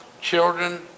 children